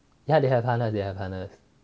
ya they have harness they have harness